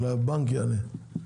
אולי הבנק יענה?